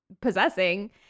possessing